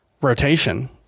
rotation